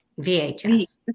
VHS